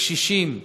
לקשישים,